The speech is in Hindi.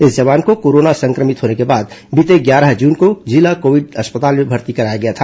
इस जवान को कोरोना संक्रमित होने के बाद बीते ग्यारह जून को जिला कोविड अस्पताल में भर्ती कराया गया था